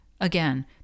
again